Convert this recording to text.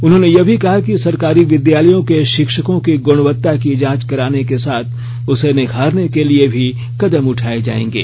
उन्होंने यह भी कहा कि सरकारी विद्यालयों के शिक्षकों की गुणवत्ता की जांच कराने के साथ उसे निखारने के लिए भी कदम उठाए जाएंगे